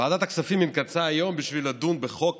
ועדת הכספים התכנסה היום בשביל לדון בחוק